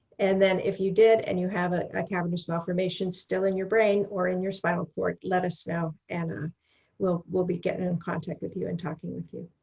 and if you did and you have a ah cavernous malformation still in your brain or in your spinal cord, let us know and we'll we'll be getting in contact with you and talking with you.